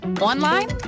Online